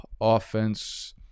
offense